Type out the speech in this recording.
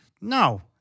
No